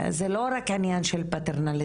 זה לא רק עניין של פטרנליזם,